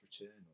return